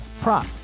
prop